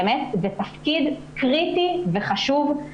באמת זה תפקיד קריטי וחשוב.